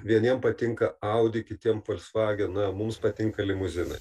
vieniem patinka audi kitiem folsvagen na mums patinka limuzinai